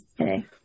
Okay